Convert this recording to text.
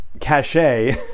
Cachet